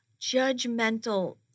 judgmental